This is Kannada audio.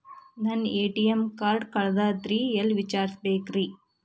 ನನ್ನ ಎ.ಟಿ.ಎಂ ಕಾರ್ಡು ಕಳದದ್ರಿ ಎಲ್ಲಿ ವಿಚಾರಿಸ್ಬೇಕ್ರಿ?